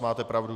Máte pravdu.